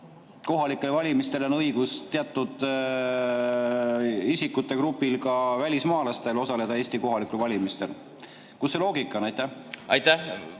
Kohalikel valimistel on õigus teatud isikute grupil, ka välismaalastel, osaleda Eesti kohalikel valimistel. Kus see loogika on? Aitäh!